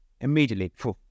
immediately